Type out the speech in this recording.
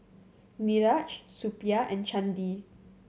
Niraj Suppiah and Chandi